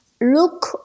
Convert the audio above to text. look